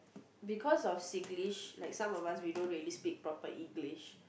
because of Singlish like some of us we don't really speak proper English